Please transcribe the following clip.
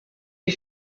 des